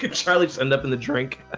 just end up in the drink